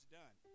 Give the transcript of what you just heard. done